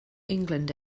england